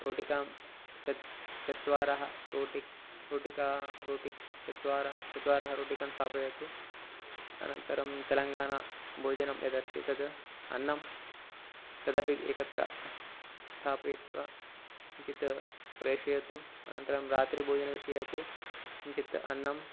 रोटिकां च चत्वारः रोटि रोटिकाः रोटि चत्वारः चत्वारः रोटिकाः स्थापयतु अनन्तरं तेलङ्गानभोजनं यद् अस्ति तद् अन्नं तदपि एकत्र स्थापयित्वा किञ्चित् प्रेषयतु अनन्तरं रात्रिभोजनविषये अपि किञ्चित् अन्नम्